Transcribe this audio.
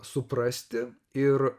suprasti ir